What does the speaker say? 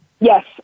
Yes